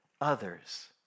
others